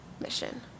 mission